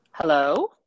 hello